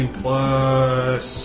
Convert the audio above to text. plus